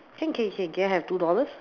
can can can can I have two dollars